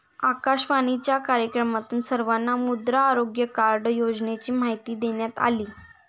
आकाशवाणीच्या कार्यक्रमातून सर्वांना मृदा आरोग्य कार्ड योजनेची माहिती देण्यात आली